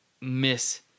miss